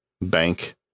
bank